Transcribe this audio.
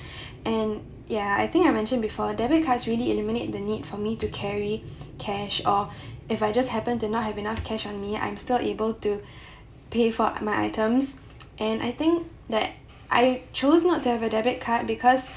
and ya I think I mentioned before debit cards really eliminate the need for me to carry cash or if I just happen to not have enough cash on me I'm still able to pay for my items and I think that I chose not to have a debit card because